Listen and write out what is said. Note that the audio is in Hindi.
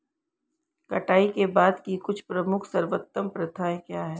कटाई के बाद की कुछ प्रमुख सर्वोत्तम प्रथाएं क्या हैं?